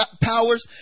powers